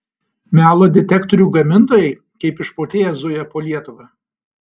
melo detektorių gamintojai kaip išprotėję zuja po lietuvą